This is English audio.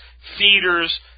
feeders